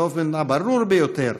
באופן הברור ביותר: